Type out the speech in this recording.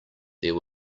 there